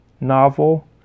novel